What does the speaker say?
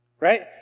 Right